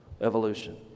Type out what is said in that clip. evolution